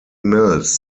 mills